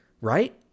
right